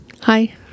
hi